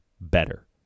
better